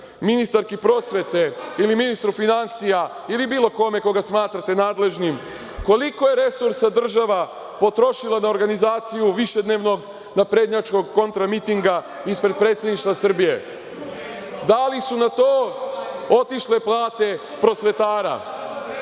ministarki prosvete ili ministru finansije ili bilo kome koga smatrate nadležnim koliko je resursa država potrošila na organizaciju višednevnog naprednjačkog kontramitinga ispred Predsedništva Srbije? Da li su na to otišle plate prosvetara? Dakle,